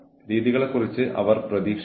ശാസനകൾ സ്വകാര്യമായി സൂക്ഷിക്കുക